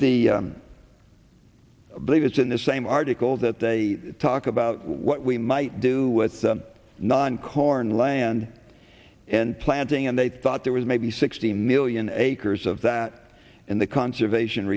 the believe is in the same article that they talk about what we might do with non corn land and planting and they thought there was maybe sixty million acres of that in the conservation